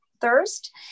thirst